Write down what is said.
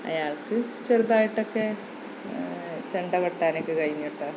അയാള്ക്ക് ചെറുതായിട്ടൊക്കെ ചെണ്ട കൊട്ടാനൊക്കെ കഴിഞ്ഞു കേട്ടോ